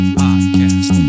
podcast